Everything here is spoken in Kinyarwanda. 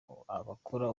abakora